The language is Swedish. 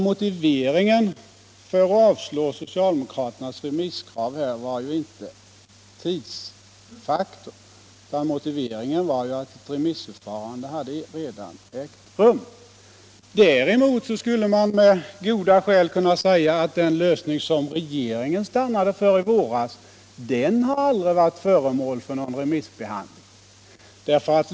Motiveringen för att avslå socialdemokraternas remisskrav var alltså inte tidsfaktorn, utan motiveringen var att ett remissförfarande redan hade ägt rum. Däremot skulle man med goda skäl kunna säga att den lösning som regeringen stannade för i våras aldrig varit föremål för någon remissbehandling.